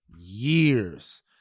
years